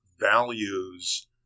values